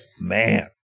Man